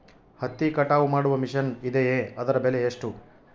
ಹತ್ತಿ ಕಟಾವು ಮಾಡುವ ಮಿಷನ್ ಇದೆಯೇ ಅದರ ಬೆಲೆ ಎಷ್ಟು?